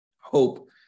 hope